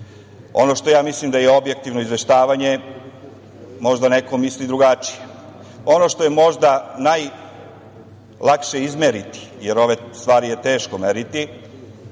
Ono što ja mislim da je objektivno izveštavanje, možda neko misli drugačije. Ono što je možda najlakše izmeriti, jer ove stvari je teško meriti,